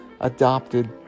adopted